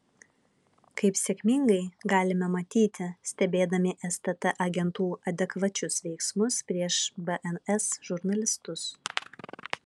kaip sėkmingai galime matyti stebėdami stt agentų adekvačius veiksmus prieš bns žurnalistus